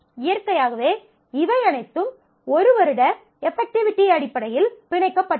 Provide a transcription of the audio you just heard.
இயற்கையாகவே இவை அனைத்தும் ஒரு வருட எபக்ட்டிவிட்டி அடிப்படையில் பிணைக்கப்பட்டுள்ளன